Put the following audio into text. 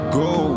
go